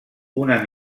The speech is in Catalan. una